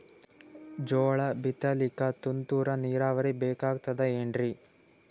ಜೋಳ ಬಿತಲಿಕ ತುಂತುರ ನೀರಾವರಿ ಬೇಕಾಗತದ ಏನ್ರೀ?